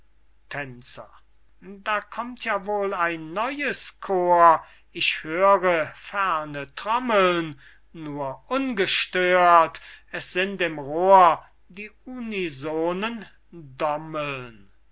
conventikel da kommt ja wohl ein neues chor ich höre ferne trommeln nur ungestört es sind im rohr die unisonen